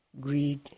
greed